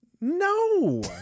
No